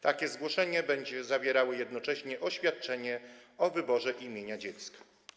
Takie zgłoszenie będzie zawierało jednocześnie oświadczenie o wyborze imienia dziecka.